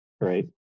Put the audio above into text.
right